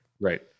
right